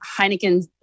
Heineken